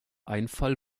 einfall